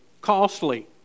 costly